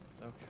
Okay